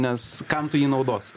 nes kam tu jį naudosi